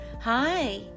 Hi